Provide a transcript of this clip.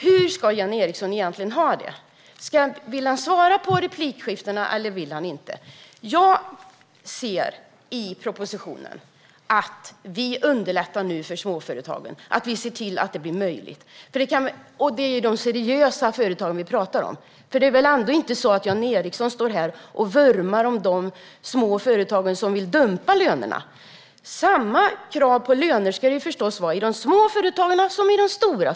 Hur ska Jan Ericson ha det egentligen - vill han svara på repliker eller inte? Jag ser i propositionen att vi underlättar för småföretagen och ser till att det blir möjligt. Det är de seriösa företagen vi talar om. För det är väl ändå inte så att Jan Ericson står här och vurmar för de småföretag som vill dumpa lönerna? Det ska förstås vara samma krav på löner i de små företagen som i de stora.